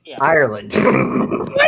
Ireland